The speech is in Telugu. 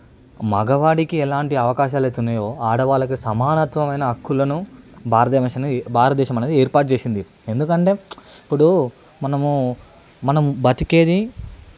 మగవాడికి ఎలాంటి అవకాశాలైతే ఉన్నాయో ఆడవాళ్లకు సమానత్వమైన హక్కులను భారతదేశంలో భారతదేశం అనేది ఏర్పాటు చేసింది ఎందుకంటే ఇప్పుడు మనము మనము మనము బతికేది